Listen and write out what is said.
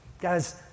Guys